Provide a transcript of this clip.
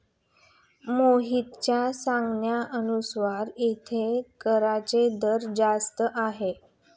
मोहितच्या सांगण्यानुसार येथे कराचा दर जास्त आहे